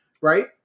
right